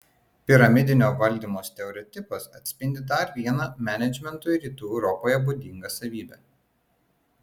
piramidinio valdymo stereotipas atspindi dar vieną menedžmentui rytų europoje būdingą savybę